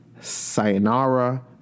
Sayonara